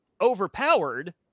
overpowered